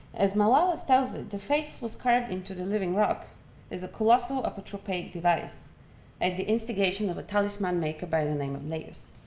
as malalas tells it, the face was carved into the living rock is a colossal apotropaic device at the instigation of a talisman maker by the name of leios.